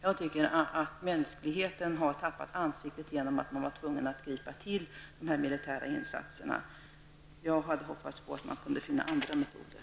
Jag tycker att mänskligheten har tappat ansiktet genom att man har varit tvungen att gripa till dessa militära insatser. Jag hade hoppats på att man hade kunnat finna andra metoder.